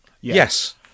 yes